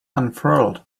unfurled